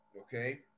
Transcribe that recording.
Okay